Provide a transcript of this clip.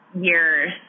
years